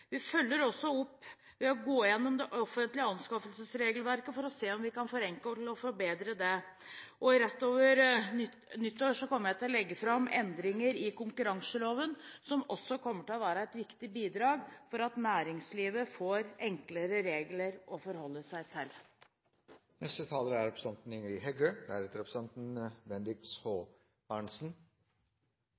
Vi følger også opp ved å gå igjennom det offentlige anskaffelsesregelverket for å se om vi kan forenkle og forbedre det. Rett over nyttår kommer jeg til å legge fram endringer i konkurranseloven, noe som også kommer til å være et viktig bidrag til at næringslivet får enklere regler å forholde seg til.